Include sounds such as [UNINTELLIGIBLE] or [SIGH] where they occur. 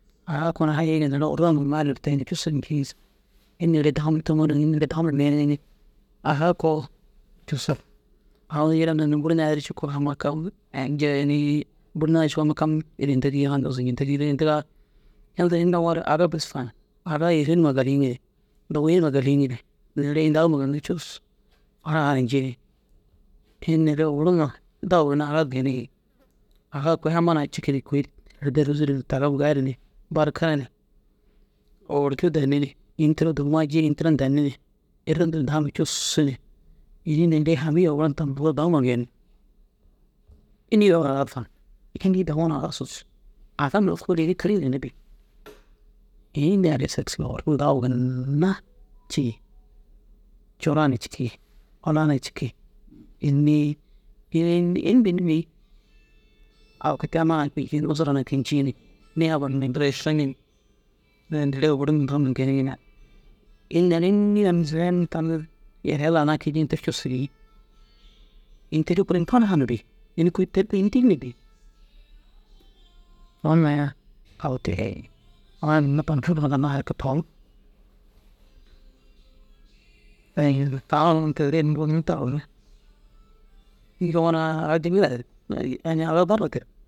Aga koo na hayige neere orro numa cussu ru tayi ni meleru ncini ini neere dagima tômoriŋ aga koo cussu au unnu jirer na bûrna ai duro ciki yala ntaa kam zuncintig ini tigaa inta ini daŋoore aga bes fan aga yali numa galiŋire dowii numa galiŋire neere ini dagima ginna cussu raha ru ncini ini neere owor numai dagu ginna aga ru geeniŋ aga kôi amma na ciki ni kôi herde rôzire ni taara ru gali ni barkare ni oworjuu danni ni ini tira duruma ma ji ini tira danni. Irri nturu da ma cussu ni îyi na fami owordu tama zaga dagima ru geeniŋ înni yoo na aga ru fan înni daŋoo aga ru sus aga mire kôli ini kirigire ginna bêi îyi na šêmišiye owor numai dagu ginna cii. Cura na cikii ôlaa na cikii ini înni ini bênne bêi au kôi te ru amma ginna kii ncini nii abba numu ni duro yisiŋ ni ini neere owor numa dagu geeniŋ ni ini neere înni yoo na yaliya kii nciire ru ini ter cussu bêi. Ini teri kûro ini faraha na bêi ini teru kûro ini tîri na bêi unnu hee [UNINTELLIGIBLE] tani unnu ini owor du tarure aga jemena derig hinnoo aga barra derig.